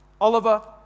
Oliver